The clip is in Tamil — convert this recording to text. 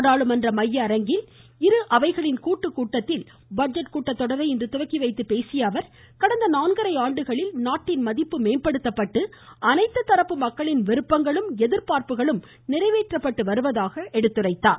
நாடாளுமன்ற மைய அரங்கில் இரு அவைகளின் கூட்டுக் கூட்டத்தில் பட்ஜெட் கூட்டத்தொடரை இன்று துவக்கி வைத்து பேசிய அவர் கடந்த நான்கரை ஆண்டுகளில் நாட்டின் மதிப்பு மேம்படுத்தப்பட்டு அனைத்து தரப்பு மக்களின் விருப்பங்களும் எதிர்பார்ப்புகளும் நிறைவேற்றப்பட்டு வருவதாக எடுத்துரைத்தார்